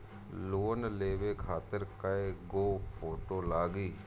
Loan लेवे खातिर कै गो फोटो लागी?